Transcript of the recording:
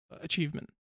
achievement